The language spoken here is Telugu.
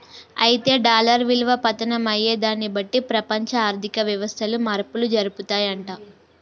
అయితే డాలర్ విలువ పతనం అయ్యేదాన్ని బట్టి ప్రపంచ ఆర్థిక వ్యవస్థలు మార్పులు జరుపుతాయంట